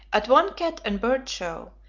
at one cat and bird show,